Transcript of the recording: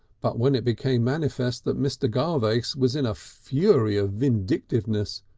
but when it became manifest that mr. garvace was in a fury of vindictiveness,